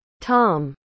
Tom